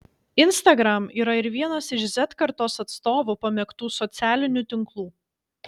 instagram yra ir vienas iš z kartos atstovų pamėgtų socialinių tinklų